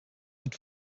het